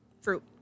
Fruit